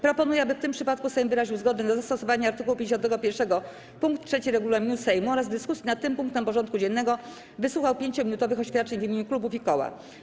Proponuję, aby w tym przypadku Sejm wyraził zgodę na zastosowanie art. 51 pkt 3 regulaminu Sejmu oraz w dyskusji nad tym punktem porządku dziennego wysłuchał 5-minutowych oświadczeń w imieniu klubów i koła.